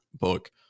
book